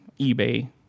eBay